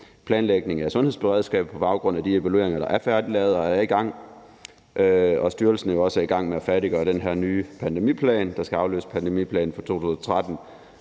planlægning af sundhedsberedskabet på baggrund af de evalueringer, der er lavet færdig, eller som er i gang, og styrelsen er jo også i gang med at færdiggøre den her nye pandemiplan, der skal afløse pandemiplanen fra 2013.